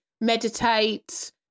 meditate